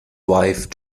wife